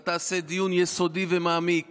ואתה תעשה דיון יסודי ומעמיק